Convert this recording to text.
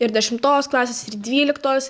ir dešimtos klasės ir dvyliktos